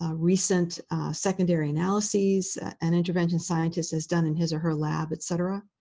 ah recent secondary analysis an intervention scientists has done in his or her lab, et cetera.